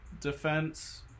defense